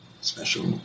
Special